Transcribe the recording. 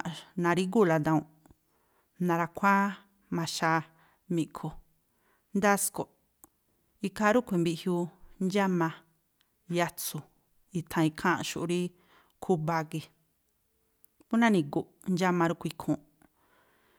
na̱rígúu̱la dawu̱nꞌ, na̱ra̱khuáá ma̱xaa mi̱ꞌkhu, ndasko̱ꞌ. Ikhaa rúꞌkhui̱ mbiꞌjiuu "ndxáma yatsu̱" i̱tha̱an ikháa̱nꞌxu̱ꞌ rí khúba̱a khúba̱a gii̱. Phú nani̱gu̱ꞌ ndxáma rúꞌkhui̱ ikhúúnꞌ.